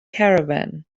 caravan